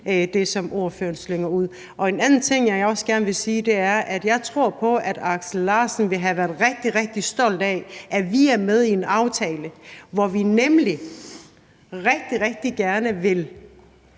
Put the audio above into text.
hvad ordføreren slynger ud. En anden ting, jeg også gerne vil sige, er, at jeg tror på, at Aksel Larsen ville have været rigtig, rigtig stolt af, at vi er med i en aftale, hvor vi nemlig rigtig, rigtig gerne vil